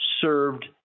served